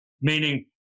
Meaning